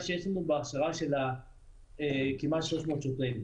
שיש לנו בהכשרה של כמעט 300 שוטרים,